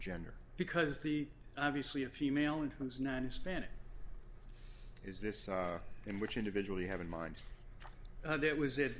gender because the obviously a female and who's not hispanic is this in which individual you have in mind there was